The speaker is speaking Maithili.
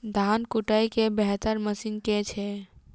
धान कुटय केँ बेहतर मशीन केँ छै?